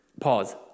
Pause